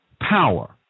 power